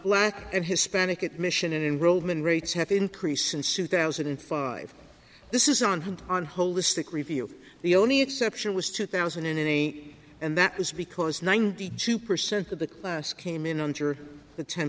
black and hispanic admission and roman rates have increased since two thousand and five this is on hint on holistic review the only exception was two thousand and eight and that is because ninety two percent of the class came in under t